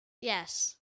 Yes